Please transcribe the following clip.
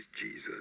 Jesus